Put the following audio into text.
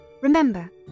Remember